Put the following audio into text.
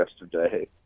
yesterday